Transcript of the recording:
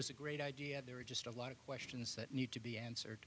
is a great idea there are just a lot of questions that need to be answered